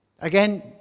Again